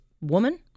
woman